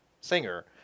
singer